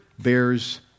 bears